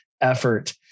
effort